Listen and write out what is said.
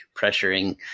pressuring